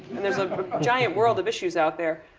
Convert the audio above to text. and there's a giant world of issues out there.